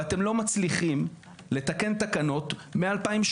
ואתם לא מצליחים לתקן תקנות מ-2018.